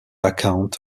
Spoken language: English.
account